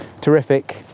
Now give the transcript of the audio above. terrific